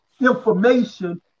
information